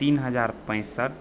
तीन हजार पैंसठि